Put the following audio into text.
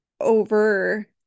over